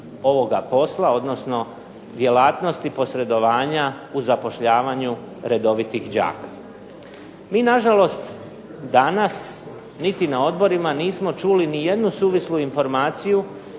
ovoga posla, odnosno djelatnosti posredovanja u zapošljavanju redovitih đaka. Mi na žalost danas niti na odborima nismo čuli ni jednu suvislu informaciju